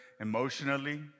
emotionally